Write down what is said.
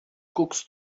guckst